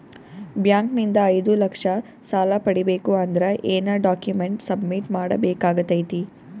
Bank ನಿಂದ ಐದು ಲಕ್ಷ ಸಾಲ ಪಡಿಬೇಕು ಅಂದ್ರ ಏನ ಡಾಕ್ಯುಮೆಂಟ್ ಸಬ್ಮಿಟ್ ಮಾಡ ಬೇಕಾಗತೈತಿ?